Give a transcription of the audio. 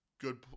good